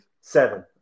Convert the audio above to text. Seven